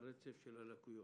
רצף הלקויות.